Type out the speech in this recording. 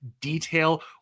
detail